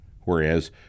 whereas